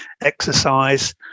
exercise